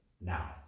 now